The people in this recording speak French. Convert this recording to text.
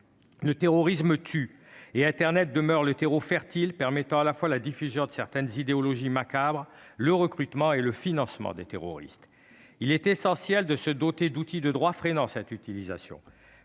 Le terrorisme tue, et internet demeure le terreau fertile permettant à la fois la diffusion de certaines idéologies macabres et le recrutement comme le financement des terroristes. Il est essentiel de se doter d'outils de droit freinant cette utilisation